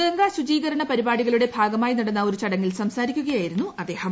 ഗംഗാ ശുചീകരണ പരിപാടികളുടെ ഭാഗമായി നടന്ന ഒരു ചടങ്ങിൽ സംസാരിക്കുകയായിരുന്നു അദ്ദേഹം